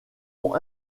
ont